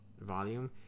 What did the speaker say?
volume